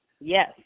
Yes